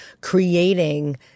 creating